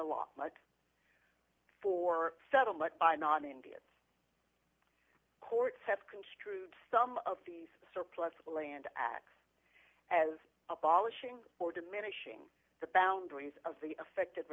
the law for settlement by not in good courts have construed some of these surplus land acts as abolishing or diminishing the boundaries of the affected